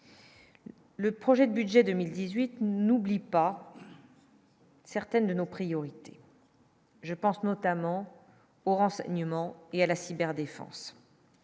Le projet de budget 2018 nous lit pas. Certaines de nos priorités. Je pense notamment aux renseignements et à la cyberdéfense